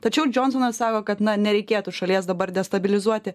tačiau džionsonas sako kad na nereikėtų šalies dabar destabilizuoti